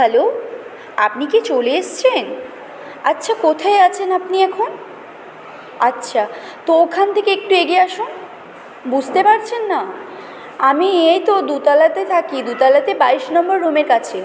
hello আপনি কি চলে এসেছেন আচ্ছা কোথায় আছেন আপনি এখন আচ্ছা তো ওখান থেকে একটু এগিয়ে আসুন বুঝতে পারছেন না আমি এই তো দোতলাতে থাকি দোতলাতে বাইশ নম্বর রুমের কাছে